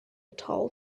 tall